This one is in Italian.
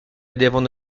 devono